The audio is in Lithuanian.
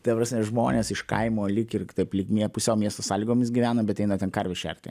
ta prasme žmonės iš kaimo lyg ir taip lyg nie pusiau miesto sąlygomis gyvena bet eina ten karvių šerti